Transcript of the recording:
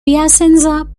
piacenza